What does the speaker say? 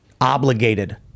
obligated